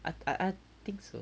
I I I think so